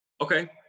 Okay